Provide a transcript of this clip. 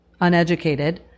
uneducated